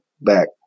back